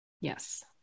Yes